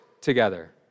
together